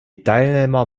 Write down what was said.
teilnehmer